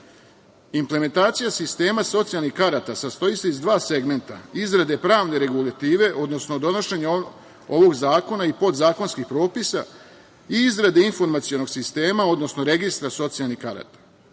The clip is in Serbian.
Implementacija sistema socijalnih karata sastoji se iz dva segmenta – izrade pravne regulative, odnosno donošenja ovog zakona i podzakonskih propisa i izrade informacionog sistema, odnosno registra socijalnih karata.